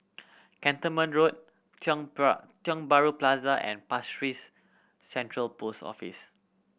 Cantonment Road Tiong Bahru Plaza and Pasir Ris Central Post Office